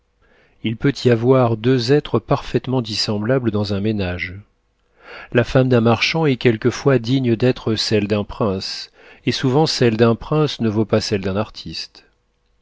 il peut y avoir deux êtres parfaitement dissemblables dans un ménage la femme d'un marchand est quelquefois digne d'être celle d'un prince et souvent celle d'un prince ne vaut pas celle d'un artiste